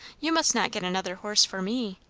you must not get another horse for me!